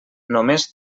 només